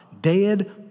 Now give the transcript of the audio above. dead